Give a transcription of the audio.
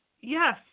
yes